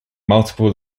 multiple